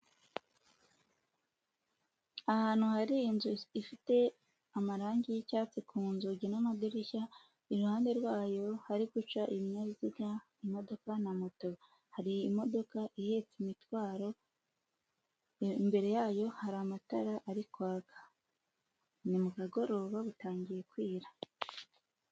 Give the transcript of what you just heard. Ahantu hari inzu ifite amarangi y'icyatsi ku nzugi n'amadirishya, iruhande rwayo hari guca ibinyabiziga, imodoka na moto, hari imodoka ihetse imitwaro, imbere yayo hari amatara ari kwaga, ni mu kagoroba, butangiye kwira.